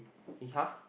he !huh!